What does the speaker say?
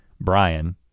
Brian